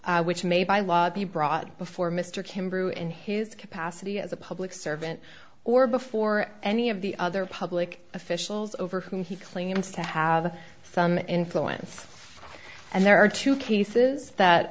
or which may by law be brought before mr kim brew in his capacity as a public servant or before any of the other public officials over whom he claims to have some influence and there are two cases that